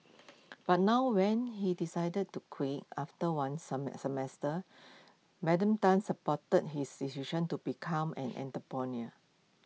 but now when he decided to quit after one semester Madam Tan supported his decision to become an